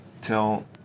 tell